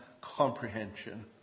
comprehension